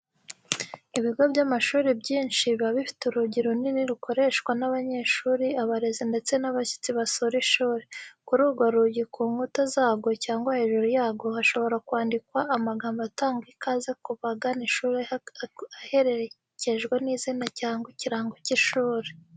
Ibigo by'amashuri byinshi biba bifite urugi runini rukoreshwa n'abanyeshuri, abarezi ndetse n'abashyitsi basura ishuri. Kuri urwo rugi, ku nkuta zarwo cyangwa hejuru yarwo, hashobora kwandikwa amagambo atanga ikaze ku bagana ishuri aherekejwe n'izina cyangwa ikirango by'ishuri.